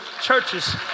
churches